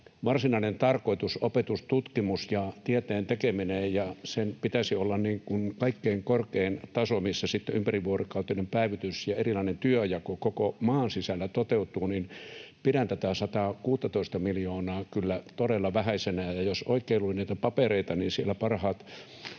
varsinaisen tarkoituksen — opetus, tutkimus ja tieteen tekeminen — ja sen pitäisi olla kaikkein korkein taso, missä sitten ympärivuorokautinen päivystys ja erilainen työnjako koko maan sisällä toteutuu, niin pidän tätä 116:ta miljoonaa kyllä todella vähäisenä. Ja jos oikein luin näitä papereita, niin siellä parhaat